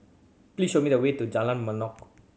please show me the way to Jalan Mangnok